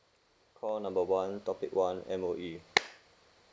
call number one topic one M_O_E